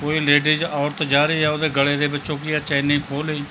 ਕੋਈ ਲੇਡੀਜ ਔਰਤ ਜਾ ਰਹੀ ਆ ਉਹਦੇ ਗਲੇ ਦੇ ਵਿੱਚੋਂ ਕੀ ਆ ਚੈਨੀ ਖੋਹ ਲਈ